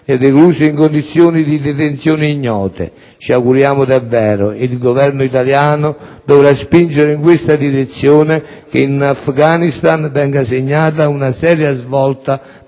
e recluso in condizioni di detenzione ignote. Ci auguriamo davvero - ed il Governo italiano dovrà spingere in questa direzione - che in Afghanistan venga segnata una seria svolta